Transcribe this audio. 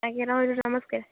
ଆଜ୍ଞା ରହିଲୁ ନମସ୍କାର